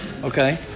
Okay